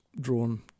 drawn